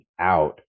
out